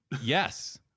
Yes